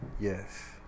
Yes